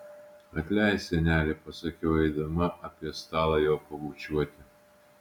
atleisk seneli pasakiau eidama apie stalą jo pabučiuoti